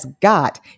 got